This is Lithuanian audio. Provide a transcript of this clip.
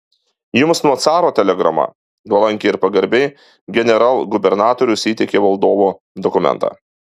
jums nuo caro telegrama nuolankiai ir pagarbiai generalgubernatorius įteikė valdovo dokumentą